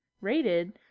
rated